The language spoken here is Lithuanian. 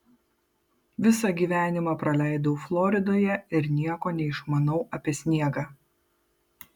visą gyvenimą praleidau floridoje ir nieko neišmanau apie sniegą